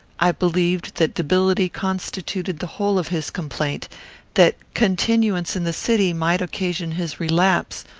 i believed that debility constituted the whole of his complaint that continuance in the city might occasion his relapse,